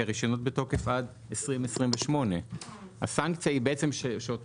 כי הרישיונות בתוקף עד 2028. הסנקציה היא שאותם